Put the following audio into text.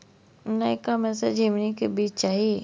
नयका में से झीमनी के बीज चाही?